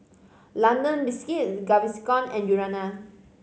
London Biscuits Gaviscon and Urana